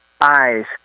Eyes